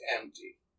empty